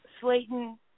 Slayton